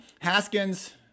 Haskins